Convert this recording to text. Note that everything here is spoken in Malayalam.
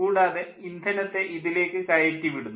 കൂടാതെ ഇന്ധനത്തെ ഇതിലേക്ക് കയറ്റി വിടുന്നു